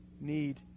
need